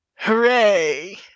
Hooray